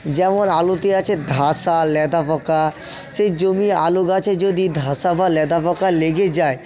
যেমন আলুতে আছে ধসা লেদা পোকা সেই জমি আলু গাছে যদি ধসা বা লেদা পোকা লেগে যায়